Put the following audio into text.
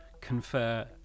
confer